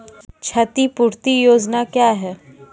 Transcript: क्षतिपूरती योजना क्या हैं?